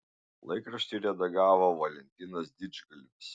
laikraštį redagavo valentinas didžgalvis